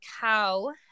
cow